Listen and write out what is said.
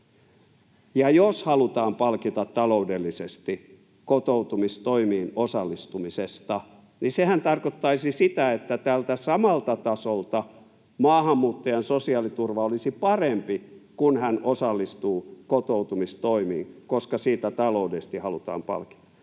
jos halutaan palkita taloudellisesti kotoutumistoimiin osallistumisesta, niin sehän tarkoittaisi sitä, että tältä samalta tasolta maahanmuuttajan sosiaaliturva olisi parempi, kun hän osallistuu kotoutumistoimiin, koska siitä taloudellisesti halutaan palkita.